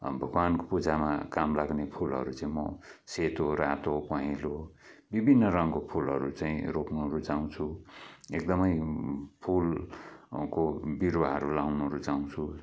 भगवानको पूजामा काम लाग्ने फूलहरू चाहिँ म सेतो रातो पहेँलो विभिन्न रङको फूलहरू चाहिँ रोप्नु रुचाउँछु एकदमै फुलको बिरुवाहरू लाउनु रुचाउँछु